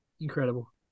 Incredible